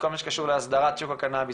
בכל מה שקשור להסדרת שוק הקנאביס,